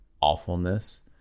awfulness